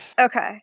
Okay